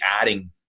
adding